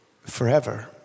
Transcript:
forever